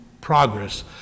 progress